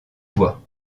voix